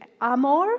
Amor